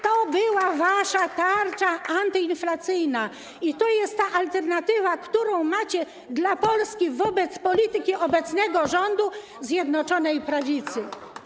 To była wasza tarcza antyinflacyjna i to jest ta alternatywa, jaką macie dla Polski wobec polityki obecnego rządu Zjednoczonej Prawicy.